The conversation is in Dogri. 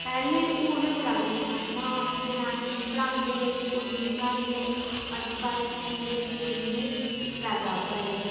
पैह्ले होर बी बड़ा किश हा नां जनानियें ई पढ़ांदे हे कुडियें गी पढ़ांदे अज्जकल मुड़े कुड़ियें गी इक्कै बराबर न